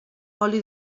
oli